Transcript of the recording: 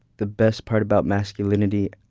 the best part about masculinity,